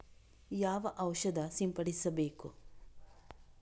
ಯಾವ ಔಷಧ ಸಿಂಪಡಿಸಬೇಕು?